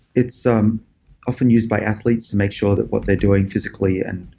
it's um often used by athletes to make sure that what they're doing physically and